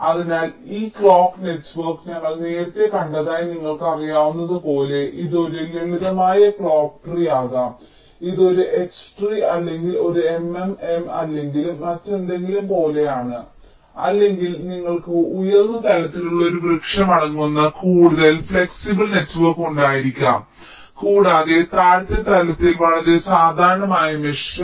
അതിനാൽ ഈ clock network ഞങ്ങൾ നേരത്തെ കണ്ടതായി നിങ്ങൾക്കറിയാവുന്നതുപോലെ ഇത് ഒരു ലളിതമായ ക്ലോക്ക് ട്രീ ആകാം ഇത് ഒരു H ട്രീ അല്ലെങ്കിൽ ഒരു MMM അല്ലെങ്കിൽ മറ്റെന്തെങ്കിലും പോലെയാണ് അല്ലെങ്കിൽ നിങ്ങൾക്ക് ഉയർന്ന തലത്തിലുള്ള ഒരു വൃക്ഷം അടങ്ങുന്ന കൂടുതൽ ഫ്ലെക്സിബിൾ നെറ്റ്വർക്ക് ഉണ്ടായിരിക്കാം കൂടാതെ താഴത്തെ തലത്തിൽ വളരെ സാധാരണമായ മെഷും